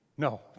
No